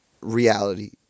reality